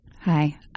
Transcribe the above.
Hi